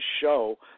show